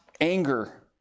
anger